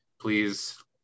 please